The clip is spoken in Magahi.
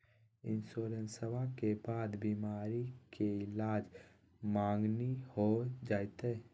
इंसोरेंसबा के बाद बीमारी के ईलाज मांगनी हो जयते?